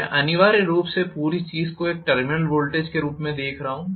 मैं अनिवार्य रूप से पूरी चीज को एक टर्मिनल वोल्टेज के रूप में देख रहा हूं